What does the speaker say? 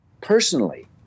personally